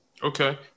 Okay